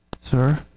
sir